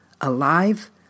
alive